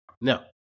no